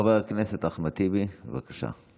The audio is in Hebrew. חבר הכנסת אחמד טיבי, בבקשה.